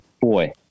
boy